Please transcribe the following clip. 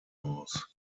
aus